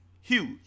Huge